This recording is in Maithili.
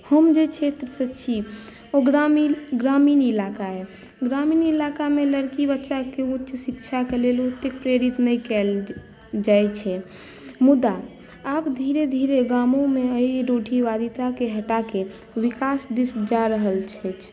हम जे क्षेत्रसँ छी ओ ग्रामीण ग्रामीण इलाका अइ ग्रामीण इलाकामे लड़की बच्चाकेँ उच्च शिक्षाकेँ लेल ओतेक प्रेरित नहि कयल जाइत छै मुदा आब धीरे धीरे गामोमे एहि रूढ़िवादिताकेँ हटा कऽ विकास दिस जा रहल छथि